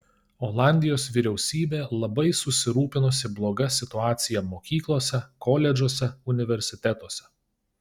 olandijos vyriausybė labai susirūpinusi bloga situacija mokyklose koledžuose universitetuose